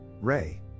Ray